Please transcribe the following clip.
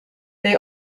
they